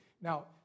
Now